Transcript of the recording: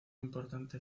importante